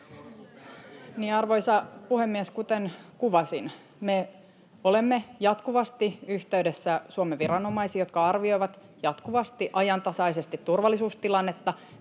Arvoisa puhemies! Kuten kuvasin, me olemme jatkuvasti yhteydessä Suomen viranomaisiin, jotka arvioivat jatkuvasti, ajantasaisesti turvallisuustilannetta.